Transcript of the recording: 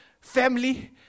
family